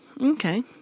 Okay